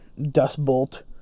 Dustbolt